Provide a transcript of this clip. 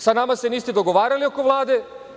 Sa nama se niste dogovarali oko Vlade.